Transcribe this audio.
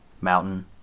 Mountain